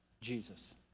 Jesus